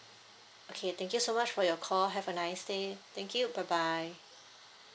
okay thank you so much for your call have a nice day thank you bye bye